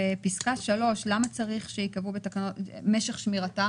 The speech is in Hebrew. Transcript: בפסקה (3), למה צריך שיקבעו בתקנות את משך שמירתם?